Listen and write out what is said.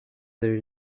their